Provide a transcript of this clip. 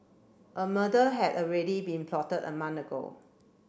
a murder had already been plotted a month ago